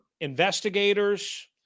investigators